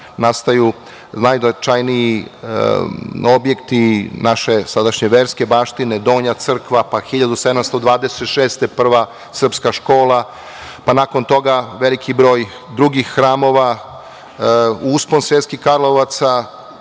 nastaju najznačajniji objekti naše sadašnje verske baštine, donja crkva, pa 1726. godine prva srpska škola, pa nakon toga veliki broj drugih hramova. Uspon Sremskih Karlovaca